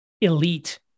elite